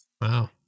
Wow